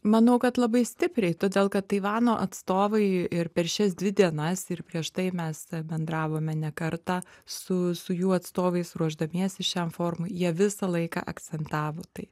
manau kad labai stipriai todėl kad taivano atstovai ir per šias dvi dienas ir prieš tai mes bendravome ne kartą su su jų atstovais ruošdamiesi šiam forumui jie visą laiką akcentavo tai